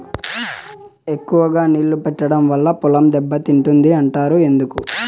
ఎక్కువగా నీళ్లు పెట్టడం వల్ల పొలం దెబ్బతింటుంది అంటారు ఎందుకు?